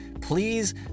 Please